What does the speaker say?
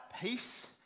peace